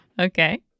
Okay